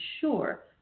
sure